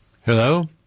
Hello